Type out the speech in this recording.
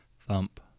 thump